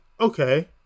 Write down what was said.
okay